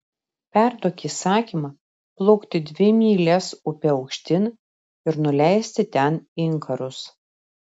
perduok įsakymą plaukti dvi mylias upe aukštyn ir nuleisti ten inkarus